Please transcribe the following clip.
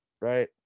right